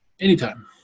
anytime